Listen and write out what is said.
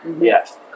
Yes